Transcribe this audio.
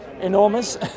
enormous